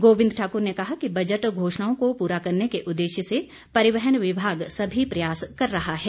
गोविंद ठाकुर ने कहा कि बजट घोषणाओं को पूरा करने के उदेश्य से परिवहन विभाग सभी प्रयास कर रहा है